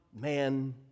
man